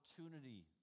opportunity